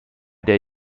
der